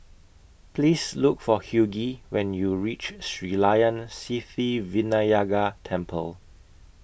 Please Look For Hughey when YOU REACH Sri Layan Sithi Vinayagar Temple